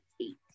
eight